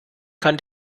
kann